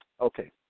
Okay